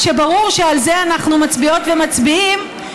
כשברור שעל זה אנחנו מצביעות ומצביעים,